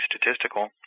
statistical